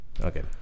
Okay